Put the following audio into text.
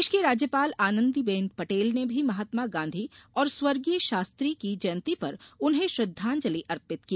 प्रदेश की राज्यपाल आनंदी बेन पटेल ने भी महात्मा गांधी और स्वर्गीय शास्त्री की जयंती पर उन्हें श्रद्धांजलि अर्पित की